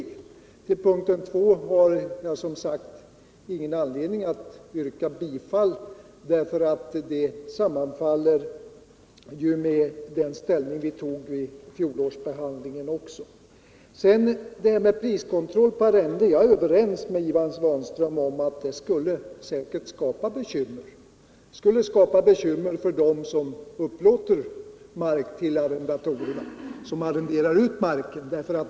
Till punkten 2 har jag som sagt ingen anledning att yrka bifall, eftersom det också sammanfaller med vårt ställningstagande vid fjolårsbehandlingen. När det gäller priskontroll på arrenden är jag överens med Ivan Svanström om att en sådan säkert skulle skapa bekymmer — för dem som arrenderar ut marken.